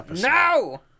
No